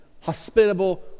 hospitable